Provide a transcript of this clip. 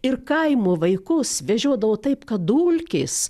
ir kaimo vaikus vežiodavo taip kad dulkės